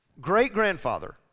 great-grandfather